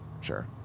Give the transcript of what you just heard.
Sure